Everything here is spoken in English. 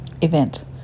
event